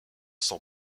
sans